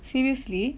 seriously